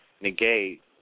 negate